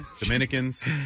Dominicans